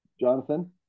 Jonathan